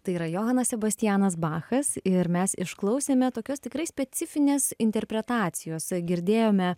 tai yra johanas sebastianas bachas ir mes išklausėme tokios tikrai specifinės interpretacijos girdėjome